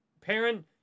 parent